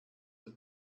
the